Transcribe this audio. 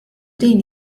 din